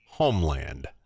Homeland